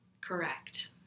Correct